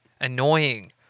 annoying